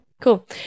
Cool